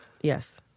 Yes